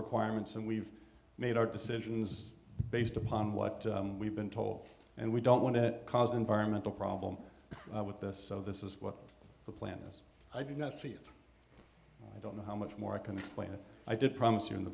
requirements and we've made our decisions based upon what we've been told and we don't want to cause an environmental problem with this so this is what the plan is i did not see it i don't know how much more i can explain it i did promise you in the